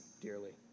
dearly